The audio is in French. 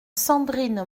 sandrine